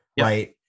right